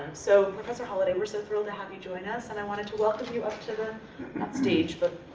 so professor holladay, we're so thrilled to have you join us and i wanted to welcome you up to the stage. but